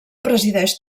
presideix